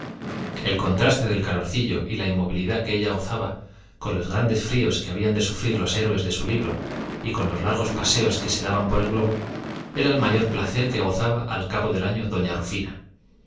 el contraste del calorcillo y la inmovilidad que ella gozaba con los grandes fríos que habían de sufrir los héroes de sus libros y con los largos paseos que se daban por el globo era el mayor placer que gozaba al cabo del año doña rufina